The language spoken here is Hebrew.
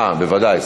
בוודאי.